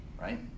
right